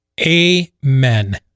amen